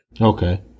Okay